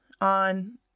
on